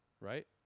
right